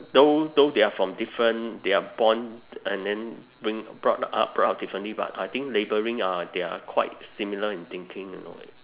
though though they are from different they are born and then bring brought up brought up differently but I think labelling uh they are quite similar in thinking in a way